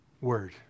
word